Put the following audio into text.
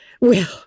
Well